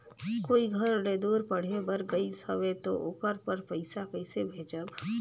कोई घर ले दूर पढ़े बर गाईस हवे तो ओकर बर पइसा कइसे भेजब?